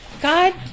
God